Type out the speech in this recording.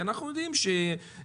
כי אנחנו יודעים שאנשים,